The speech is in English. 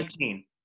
19